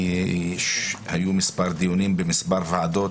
היו מספר דיונים במספר ועדות.